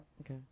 Okay